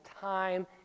time